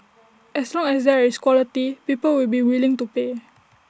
as long as there is quality people will be willing to pay